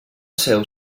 seu